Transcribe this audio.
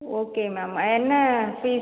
okay ma'am என்ன fees